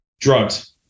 Drugs